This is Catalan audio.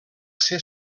ser